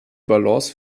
balance